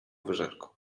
wyżerką